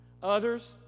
Others